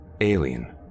alien